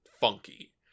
funky